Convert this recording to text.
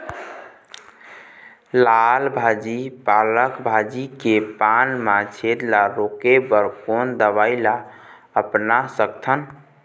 लाल भाजी पालक भाजी के पान मा छेद ला रोके बर कोन दवई ला अपना सकथन?